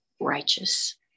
righteous